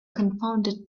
confounded